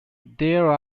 there